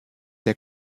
der